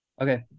Okay